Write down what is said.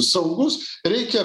saugus reikia